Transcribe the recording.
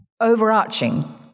Overarching